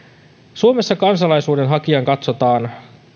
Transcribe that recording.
suomessa kansalaisuuden hakijan katsotaan